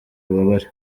ububabare